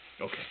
Okay